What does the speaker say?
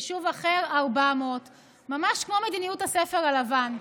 יישוב אחר 400. ממש כמו מדיניות הספר הלבן.